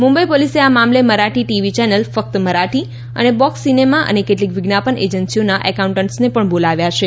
Mumbai police આ મામલે Marathi TV channel ફક્ત મરાઠી અને બોક્સ સિનેમા અને કેટલીક વિજ્ઞાપન એજન્સીઓના એકાઉન્ટન્સને પણ બોલાયા છે